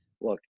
look